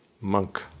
monk